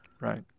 Right